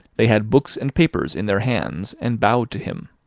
they had books and papers in their hands, and bowed to him.